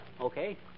okay